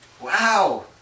Wow